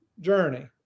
journey